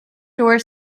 door